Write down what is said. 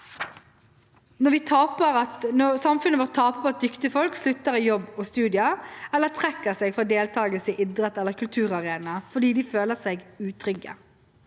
også samfunnet vårt taper når dyktige folk slutter i jobb og studier eller trekker seg fra deltakelse i idrett eller kulturarenaer fordi de føler seg utrygge.